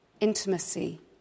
intimacy